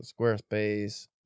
Squarespace